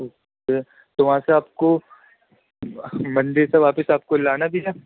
okay تو وہاں سے آپ کو مندر سے واپس آپ کو لانا بھی ہے